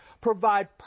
provide